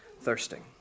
thirsting